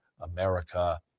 America